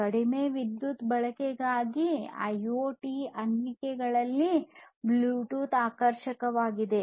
ಕಡಿಮೆ ವಿದ್ಯುತ್ ಬಳಕೆಯಿಂದಾಗಿ ಐಒಟಿ ಅನ್ವಯಿಕೆಗಳಲ್ಲಿ ಬ್ಲೂಟೂತ್ ಆಕರ್ಷಕವಾಗಿದೆ